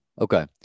Okay